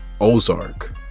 Ozark